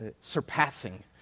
surpassing